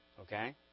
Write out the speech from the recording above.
Okay